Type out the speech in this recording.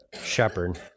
shepherd